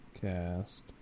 cast